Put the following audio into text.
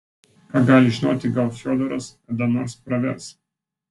ką gali žinoti gal fiodoras kada nors pravers